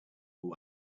away